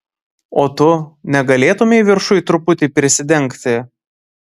o tu negalėtumei viršuj truputį prisidengti